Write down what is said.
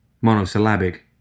Monosyllabic